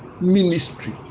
ministry